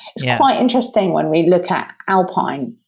it's quite interesting when we'd look at alpine,